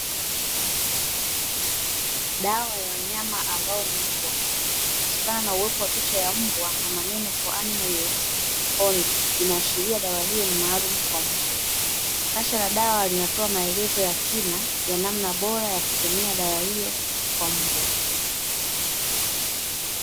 Dawa ya wanyama ambao ni mbwa, kutokana na uwepo wa picha ya mbwa na maneno "for animal use only" inaashiria dawa hiyo ni maalumu kwa mbwa. Kasha la dawa linatoa maelezo ya kina ya namna bora ya kutumia dawa hiyo, kwa mbwa.